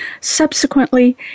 Subsequently